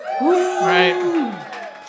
right